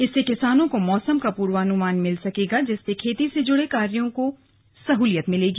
इससे किसानों को मौसम का पूर्वानुमान मिल सकेगा जिससे खेती से जुड़े कार्यो में सहूलियत होगी